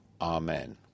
Amen